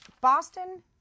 Boston